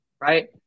right